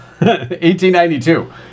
1892